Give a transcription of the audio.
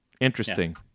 Interesting